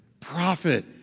prophet